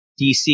DC